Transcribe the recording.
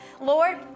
Lord